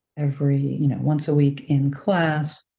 every you know once a week in class,